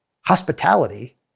hospitality